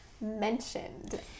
mentioned